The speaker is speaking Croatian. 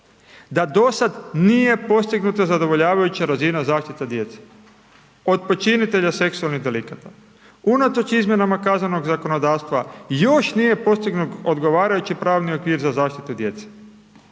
da do sada nije postignuta zadovoljavajuća razina zaštite djece, od počinitelja seksualnih delikta, unatoč izmjenama kaznenog zakonodavstva, još nije postignut odgovarajući pravni okvir za zaštitu djece.